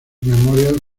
memorial